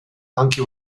anche